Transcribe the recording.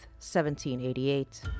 1788